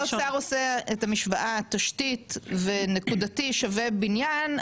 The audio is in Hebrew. -- שתשתית ונקודתי שווה בניין,